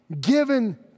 given